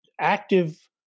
active